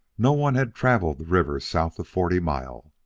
no one had travelled the river south of forty mile,